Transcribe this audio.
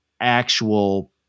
actual